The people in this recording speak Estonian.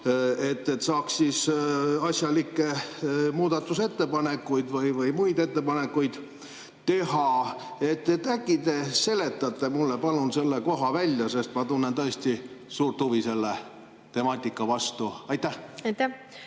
et saaks asjalikke muudatusettepanekuid või muid ettepanekuid teha. Äkki te seletate mulle palun selle koha ära, sest ma tunnen tõesti suurt huvi selle temaatika vastu? Aitäh!